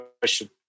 question